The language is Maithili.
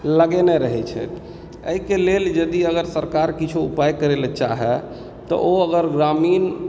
लगेने रहैत छथि एहिके लेल अगर यदि सरकार किछो उपाय करय लेल चाहय तऽ ओ अगर ग्रामीण